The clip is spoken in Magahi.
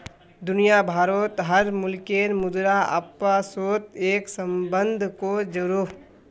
दुनिया भारोत हर मुल्केर मुद्रा अपासोत एक सम्बन्ध को जोड़ोह